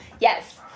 yes